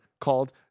called